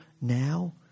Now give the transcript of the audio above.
now